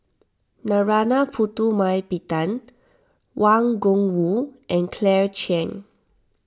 Narana Putumaippittan Wang Gungwu and Claire Chiang